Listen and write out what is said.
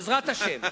בעזרת השם.